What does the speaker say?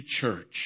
church